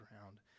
ground